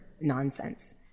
nonsense